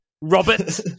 Robert